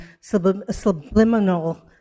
subliminal